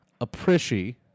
Appreciate